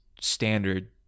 standard